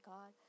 God